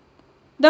the